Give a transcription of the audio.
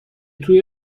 توی